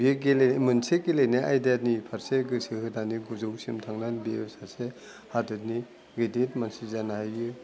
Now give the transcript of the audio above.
बेयो गेले मोनसे गेलेनाय आयदानि फारसे गोसो होनानै गोजौसिम थांनानै बेयो सासे हादोरनि गिदिर मानसि जानो हायो